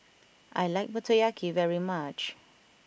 I like Motoyaki very much